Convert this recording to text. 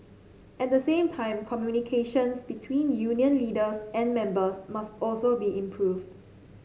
at the same time communications between union leaders and members must also be improved